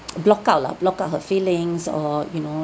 block out lah block out her feelings or you know